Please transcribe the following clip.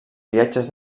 viatges